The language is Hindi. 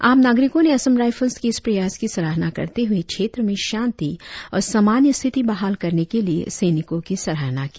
आम नागरिकों ने असम राइफल्स के इस प्रयास की सराहन करते हुए क्षेत्र में शांति और सामान्य स्थिति बहाल करने के लिए सैनिकों की सराहना की